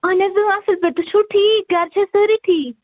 اہن حظ اۭں اَصٕل پٲٹھۍ تُہۍ چھُو ٹھیٖک گَرٕ چھےٚ سٲرٕے ٹھیٖک